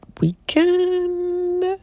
weekend